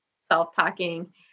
self-talking